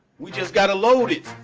we just got to load it.